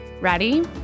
Ready